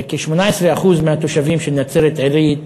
כ-18% מהתושבים של נצרת-עילית,